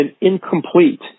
incomplete